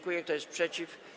Kto jest przeciw?